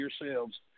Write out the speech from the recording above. yourselves